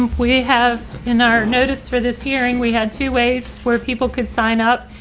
um we have in our notice for this hearing, we had two ways for people could sign up,